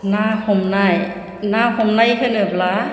ना हमनाय ना हमनाय होनोब्ला